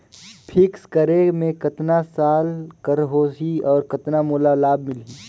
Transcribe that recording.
Fixed करे मे कतना साल कर हो ही और कतना मोला लाभ मिल ही?